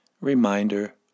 reminder